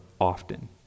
often